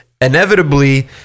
inevitably